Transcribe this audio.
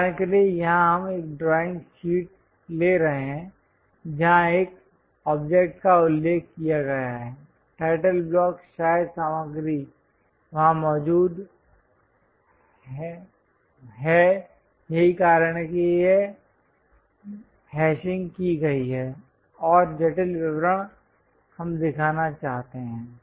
उदाहरण के लिए यहां हम एक ड्राइंग ड्रॉइंग शीट ले रहे हैं जहां एक ऑब्जेक्ट का उल्लेख किया गया है टाइटल ब्लॉक शायद सामग्री वहां मौजूद है यही कारण है कि यह हैशिंग की गई है और जटिल विवरण हम दिखाना चाहते हैं